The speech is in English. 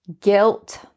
Guilt